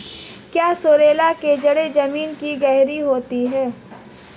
क्या सोरेल की जड़ें जमीन में गहरी होती हैं?